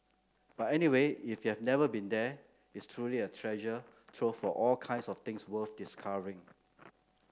but anyway if you've never been there it's truly a treasure trove of all kinds of things worth discovering